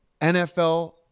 NFL